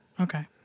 Okay